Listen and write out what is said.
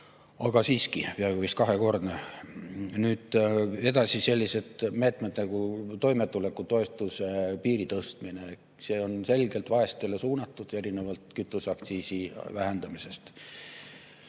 aga siiski, see on vist peaaegu kahekordne. Nüüd edasi, sellised meetmed nagu toimetulekutoetuse piiri tõstmine. See on selgelt vaestele suunatud, erinevalt kütuseaktsiisi vähendamisest.